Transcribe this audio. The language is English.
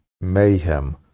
mayhem